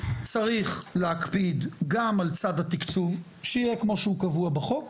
צריך להקפיד גם על צד התקצוב שיהיה כמו שהוא קבוע בחוק,